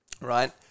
Right